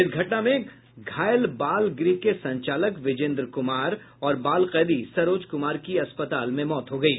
इस घटना में घायल बाल गृह के संचालक विजेन्द्र कुमार और बाल कैदी सरोज कुमार की अस्पताल में मौत हो गयी